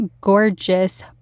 gorgeous